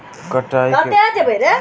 कटाई के बाद अनाज के भंडारण कोना करी?